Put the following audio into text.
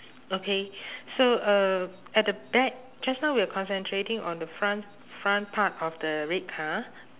okay so uh at the back just now we were concentrating on the front front part of the red car